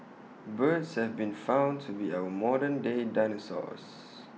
birds have been found to be our modern day dinosaurs